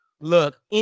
look